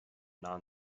non